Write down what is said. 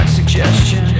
suggestion